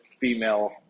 female